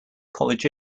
college